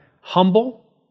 humble